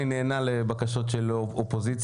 אני נענה לבקשות של אופוזיציה,